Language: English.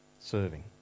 Serving